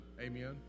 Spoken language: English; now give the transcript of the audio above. Amen